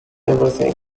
everything